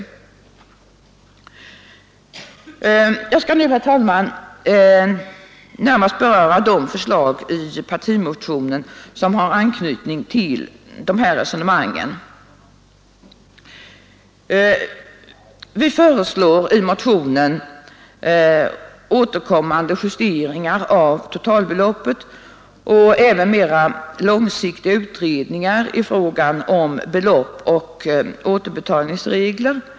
Jag skall nu, herr talman, närmast beröra de förslag i folkpartimotionen som har anknytning till dessa resonemang. Vi föreslår i motionen återkommande justeringar av totalbeloppet och även mera långsiktiga utredningar i fråga om belopp och återbetalningsregler.